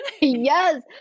yes